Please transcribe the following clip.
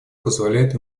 позволяет